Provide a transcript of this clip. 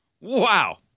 Wow